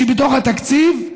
בתוך התקציב,